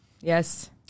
yes